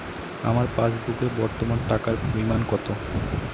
আমার পাসবুকে বর্তমান টাকার পরিমাণ কত?